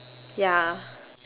ya